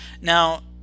Now